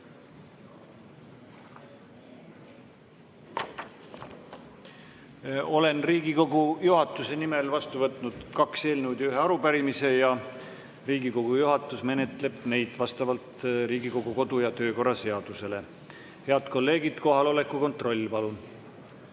Olen Riigikogu juhatuse nimel vastu võtnud kaks eelnõu ja ühe arupärimise. Riigikogu juhatus menetleb neid vastavalt Riigikogu kodu‑ ja töökorra seadusele. Head kolleegid, kohaloleku kontroll, palun!